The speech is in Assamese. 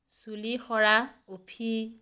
চুলি সৰা উফি